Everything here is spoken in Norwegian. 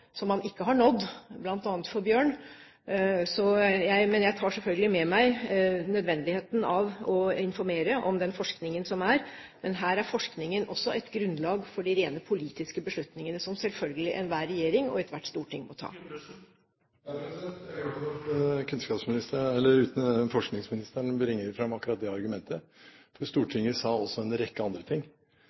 som man ikke har nådd, bl.a. for bjørn. Jeg tar selvfølgelig med meg nødvendigheten av å informere om den forskningen som er. Men her er forskningen også et grunnlag for de rene politiske beslutningene som selvfølgelig enhver regjering og ethvert storting må ta. Jeg er glad for at forskningsministeren bringer fram akkurat det argumentet, for Stortinget sa også en rekke andre ting